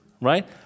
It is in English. Right